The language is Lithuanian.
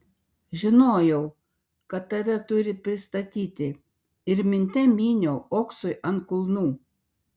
žinojau kad tave turi pristatyti ir minte myniau oksui ant kulnų